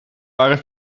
waren